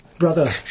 Brother